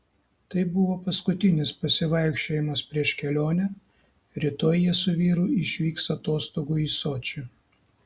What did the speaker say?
tai buvo paskutinis pasivaikščiojimas prieš kelionę rytoj jie su vyru išvyks atostogų į sočį